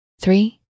three